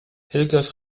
helgas